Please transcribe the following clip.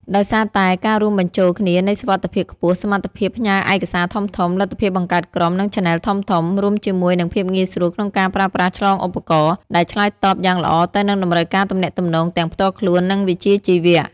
ដោយសារតែការរួមបញ្ចូលគ្នានៃសុវត្ថិភាពខ្ពស់ សមត្ថភាពផ្ញើឯកសារធំៗ លទ្ធភាពបង្កើតក្រុម និងឆានែលធំៗ រួមជាមួយនឹងភាពងាយស្រួលក្នុងការប្រើប្រាស់ឆ្លងឧបករណ៍ ដែលឆ្លើយតបយ៉ាងល្អទៅនឹងតម្រូវការទំនាក់ទំនងទាំងផ្ទាល់ខ្លួន និងវិជ្ជាជីវៈ។